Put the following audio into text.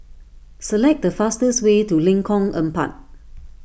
select the fastest way to Lengkong Empat